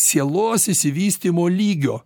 sielos išsivystymo lygio